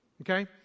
okay